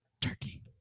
Turkey